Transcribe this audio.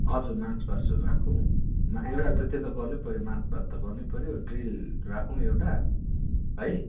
हजुर मार्चपास्टहरू राखौँ यसलाई त्यो त गर्नै पऱ्यो मार्चपास्ट त गर्नै पर्यो ड्रिल राखौँ एउटा है